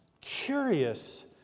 curious